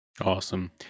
Awesome